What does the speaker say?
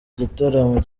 igitaramo